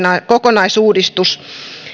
kokonaisuudistus